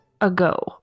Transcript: ago